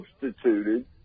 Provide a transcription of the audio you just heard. substituted